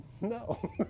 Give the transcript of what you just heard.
No